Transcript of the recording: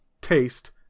taste